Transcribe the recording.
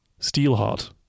steelheart